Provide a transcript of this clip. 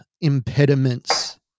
impediments